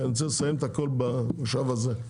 כי אני רוצה לסיים את הכול במושב הזה.